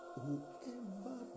whoever